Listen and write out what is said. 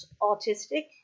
autistic